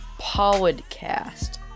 podcast